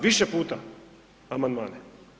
Više puta, amandmane.